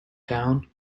town